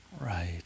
right